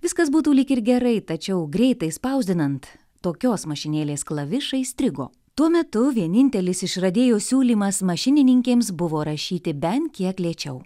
viskas būtų lyg ir gerai tačiau greitai spausdinant tokios mašinėlės klavišai strigo tuo metu vienintelis išradėjo siūlymas mašininkėms buvo rašyti bent kiek lėčiau